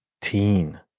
Teen